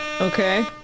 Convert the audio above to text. Okay